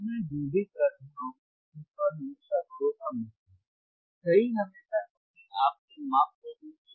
अब मैं जो भी कह रहा हूं उस पर हमेशा भरोसा मत करो सही हमेशा अपने आप से माप करने की कोशिश करें